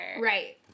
right